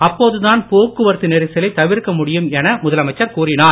அப்போதுதான் போக்குவரத்து நெரிசலைத் தவிர்க்க முடியும் என முதலமைச்சர் கூறினார்